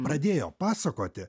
pradėjo pasakoti